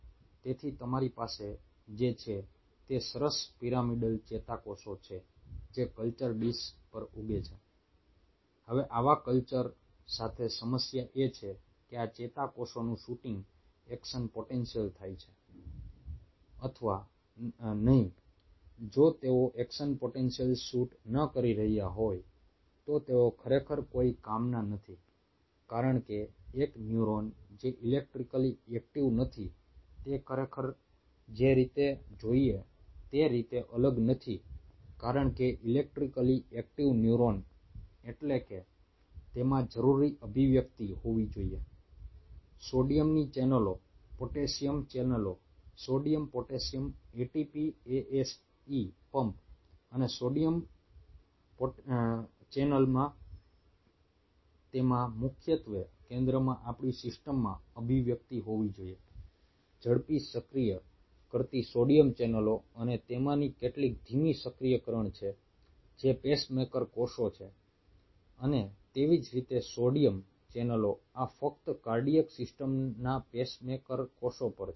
તેથી તમારી પાસે જે છે તે સરસ પિરામિડલ ચેતાકોષો છે જે કલ્ચર ડીશ પર ઉગે છે હવે આવા કલ્ચર સાથે સમસ્યા એ છે કે આ ચેતાકોષોનું શૂટિંગ એક્શન પોટેન્શિયલ થાય છે અથવા નહીં જો તેઓ એક્શન પોટેન્શિયલ શૂટ ન કરી રહ્યા હોય તો તેઓ ખરેખર કોઈ કામના નથી કારણ કે એક ન્યુરોન જે ઇલેક્ટ્રિકલી એક્ટિવ નથી તે ખરેખર જે રીતે જોઈએ તે રીતે અલગ નથી કારણ કે ઇલેક્ટ્રિકલી એક્ટિવ ન્યુરોન એટલે કે તેમાં જરૂરી અભિવ્યક્તિ હોવી જોઈએ સોડિયમની ચેનલો પોટેશિયમ ચેનલો sodium potassium ATP ASE pump અને સોડિયમ ચેનલમાં તેમાં મુખ્યત્વે કેન્દ્રમાં આપણી સિસ્ટમમાં અભિવ્યક્તિ હોવી જોઈએ ઝડપી સક્રિય કરતી સોડિયમ ચેનલો અને તેમાંની કેટલીક ધીમી સક્રિયકરણ છે જે પેસમેકર કોષોમાં છે અને તેવી જ રીતે સોડિયમ ચેનલો આ ફક્ત કાર્ડિયાક સિસ્ટમના પેસમેકર કોષો પર છે